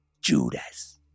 Judas